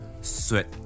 sweat